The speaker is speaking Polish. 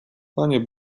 panie